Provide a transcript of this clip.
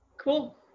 Cool